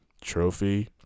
trophy